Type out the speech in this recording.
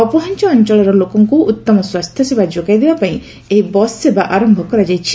ଅପହଞ୍ଚ ଅଞ୍ଚଳର ଲୋକଙ୍ଙୁ ଉତ୍ତମ ସ୍ୱାସ୍ଥ୍ୟସେବା ଯୋଗାଇ ଦେବା ପାଇଁ ଏହି ବସ୍ ସେବା ଆର କରାଯାଇଛି